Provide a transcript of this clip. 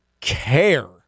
care